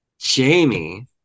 Jamie